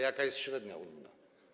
Jaka jest średnia unijna?